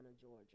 Georgia